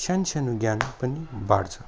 सानो सानो ज्ञान पनि बाँड्छ